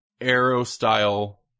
Arrow-style